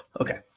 Okay